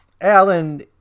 Alan